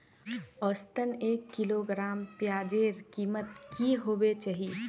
औसतन एक किलोग्राम प्याजेर कीमत की होबे चही?